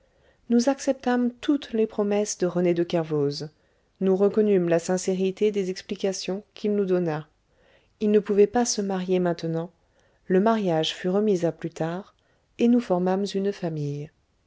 nous acceptâmes toutes les promesses de rené de kervoz nous reconnûmes la sincérité des explications qu'il nous donna il ne pouvait pas se marier maintenant le mariage fut remis à plus tard et nous formâmes une famille